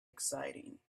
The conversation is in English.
exciting